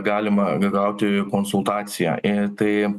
galima gauti konsultaciją i tai